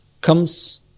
comes